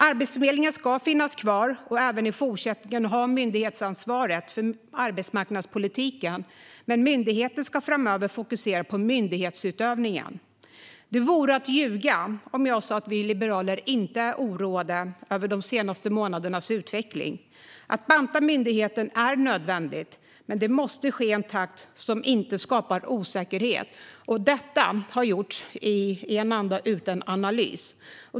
Arbetsförmedlingen ska finnas kvar och även i fortsättningen ha myndighetsansvaret för arbetsmarknadspolitiken, men myndigheten ska framöver fokusera på myndighetsutövningen. Det vore att ljuga om jag sa att vi liberaler inte är oroade över de senaste månadernas utveckling. Att banta myndigheten är nödvändigt, men det måste ske i en takt som inte skapar osäkerhet. Detta har gjorts i en anda utan analys.